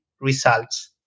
results